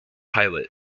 pilot